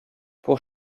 pour